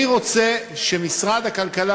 אני רוצה שמשרד הכלכלה,